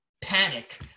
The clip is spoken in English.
panic